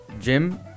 gym